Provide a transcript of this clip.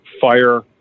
fire